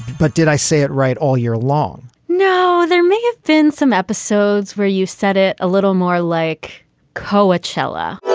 but did i say it right all year long? no. there may have been some episodes where you said it a little more like coachella.